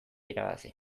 irabazi